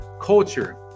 culture